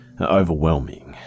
overwhelming